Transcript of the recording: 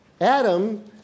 Adam